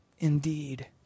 Indeed